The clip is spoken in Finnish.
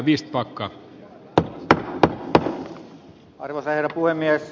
arvoisa herra puhemies